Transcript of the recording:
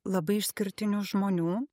labai išskirtinių žmonių